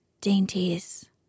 Dainties